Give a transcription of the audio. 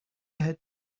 had